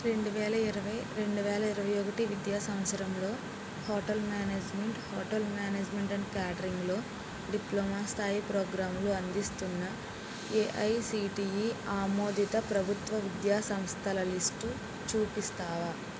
రెండువేల ఇరవై రెండువేల ఇరవై ఒకటి విద్యా సంవత్సరంలో hotel management hotel management and క్యాటరింగ్లో డిప్లొమా స్థాయి ప్రోగ్రామ్లు అందిస్తున్న ఏఐసిటీఈ ఆమోదిత ప్రభుత్వ విద్యా సంస్థల లిస్టు చూపిస్తావా